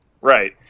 right